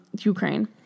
Ukraine